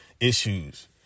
issues